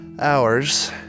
hours